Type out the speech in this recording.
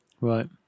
Right